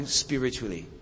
spiritually